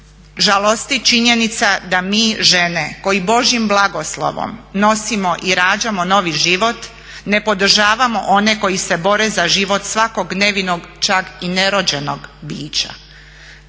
Žalosti činjenica da mi žene koje božjim blagoslovom nosimo i rađamo novi život, ne podržavamo one koji se bore za život svakog nevinog čak i nerođenog bića.